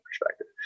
perspective